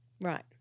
Right